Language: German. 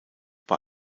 bei